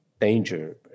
danger